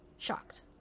shocked